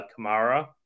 Kamara